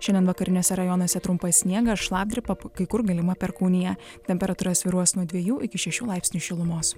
šiandien vakariniuose rajonuose trumpas sniegas šlapdriba kai kur galima perkūnija temperatūra svyruos nuo dviejų iki šešių laipsnių šilumos